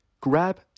grab